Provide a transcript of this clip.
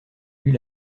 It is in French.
eût